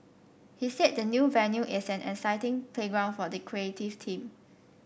he said the new venue is an exciting playground for the creative team